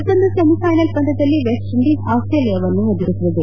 ಮತ್ತೊಂದು ಸೆಮಿಫೈನಲ್ ಪಂದ್ಯದಲ್ಲಿ West Indies ಆಸ್ಟೇಲಿಯಾವನ್ನು ಎದುರಿಸಲಿದೆ